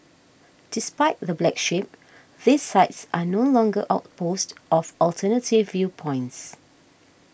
despite the black sheep these sites are no longer outposts of alternative viewpoints